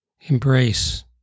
embrace